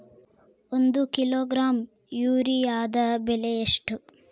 ಒಂದು ಕಿಲೋಗ್ರಾಂ ಯೂರಿಯಾದ ಬೆಲೆ ಎಷ್ಟು?